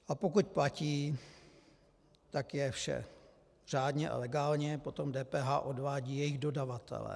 A pokud platí, tak je vše řádně a legálně, potom DPH odvádí jejich dodavatelé.